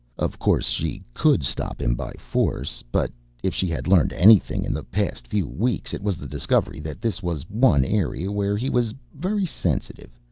of course she could stop him by force, but if she had learned anything in the past few weeks, it was the discovery that this was one area where he was very sensitive.